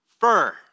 Fur